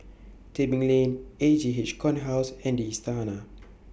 Tebing Lane E J H Corner House and The Istana